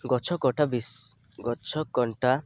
ଗଛ କଟା ବିଶ ଗଛକଣ୍ଟା